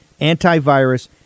antivirus